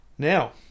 Now